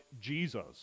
Jesus